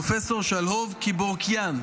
פרופ' שלהוב-קיבורקיאן,